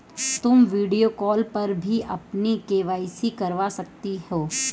तुम video call पर भी अपनी के.वाई.सी करवा सकती हो